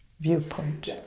viewpoint